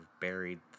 buried